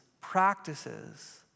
practices